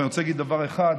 ואני רוצה להגיד דבר אחד.